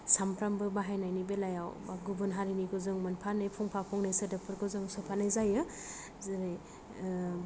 सानफ्रोमबो बाहायनायनि बेलायाव गुबुन हारिनिखौ मोनफा मोननै फंफा फंनै सोदोबफोरखौ जों सोफानाय जायो जेरै